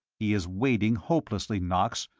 he is wading hopelessly, knox,